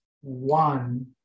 one